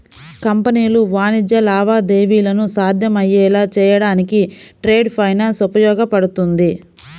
కంపెనీలు వాణిజ్య లావాదేవీలను సాధ్యమయ్యేలా చేయడానికి ట్రేడ్ ఫైనాన్స్ ఉపయోగపడుతుంది